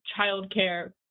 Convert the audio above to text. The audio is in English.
childcare